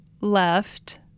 left